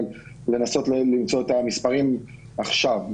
לנסות למצוא את המספרים עכשיו.